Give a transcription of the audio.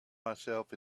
myself